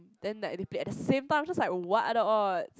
then like they play at the same time I'm just like what are the odds